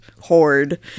horde